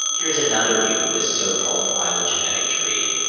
here's another view of this so-called phylogenetic tree.